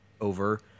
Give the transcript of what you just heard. over